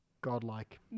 godlike